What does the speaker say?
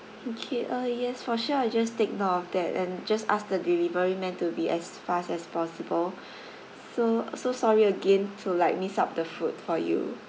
okay uh yes for sure I just take note of that and just ask the delivery man to be as fast as possible so so sorry again to like miss out the food for you